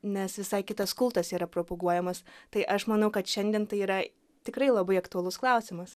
nes visai kitas kultas yra propaguojamas tai aš manau kad šiandien tai yra tikrai labai aktualus klausimas